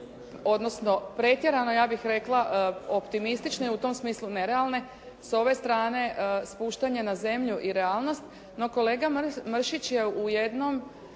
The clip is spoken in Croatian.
odnosno pretjerano, ja bih rekla optimistične i u tom smislu nerealne s ove strane spuštanja na zemlji i realnost, no kolega Mršić je u jednom